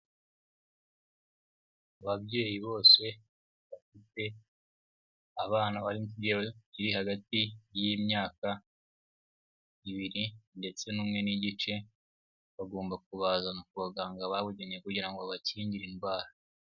Ababyeyi bose bafite abana bari kigero kiri hagati y'imyaka ibiri ndetse n'umwe n'igice, bagomba kubazana ku baganga babugenenye kugira ngo bakingire indwara.